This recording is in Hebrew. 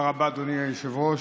תודה רבה, אדוני היושב-ראש.